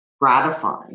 gratifying